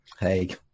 hey